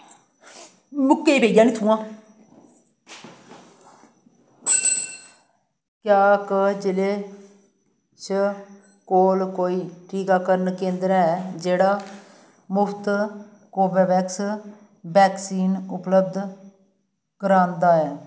मुक्के पेई जाने इत्थोआं क्या क जि'ले च कोल कोई टीकाकरण केंदर है जेह्ड़ा मुख्त कोवेवैक्स वैक्सीन उपलब्ध करांदा ऐ